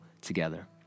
together